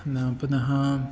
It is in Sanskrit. न पुनः